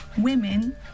Women